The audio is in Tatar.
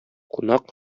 кунак